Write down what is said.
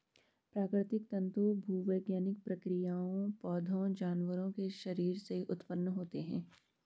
प्राकृतिक तंतु भूवैज्ञानिक प्रक्रियाओं, पौधों, जानवरों के शरीर से उत्पन्न होते हैं